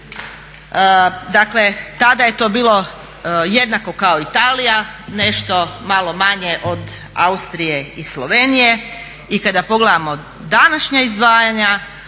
dakle tada je to bilo jednako kao Italija, nešto malo manje od Austrije i Slovenije. I kada pogledamo današnja izdvajanja